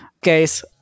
case